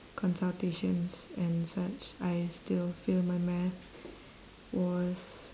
consultations and such I still fail my math was